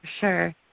sure